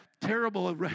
Terrible